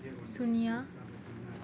शून्य